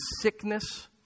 sickness